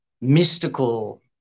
mystical